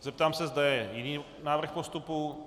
Zeptám se, zda je jiný návrh postupu.